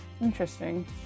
interesting